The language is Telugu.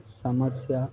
సమస్య